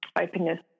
openness